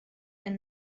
and